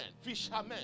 fishermen